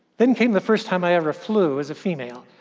then came the first time i ever flew as a female.